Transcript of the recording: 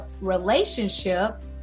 relationship